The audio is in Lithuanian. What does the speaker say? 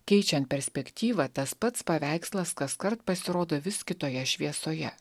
keičiant perspektyvą tas pats paveikslas kaskart pasirodo vis kitoje šviesoje